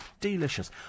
Delicious